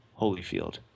Holyfield